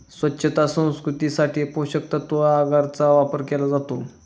स्वच्छता संस्कृतीसाठी पोषकतत्त्व अगरचा वापर केला जातो